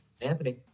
Anthony